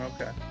okay